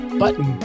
button